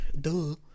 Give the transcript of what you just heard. duh